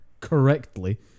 correctly